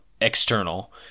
external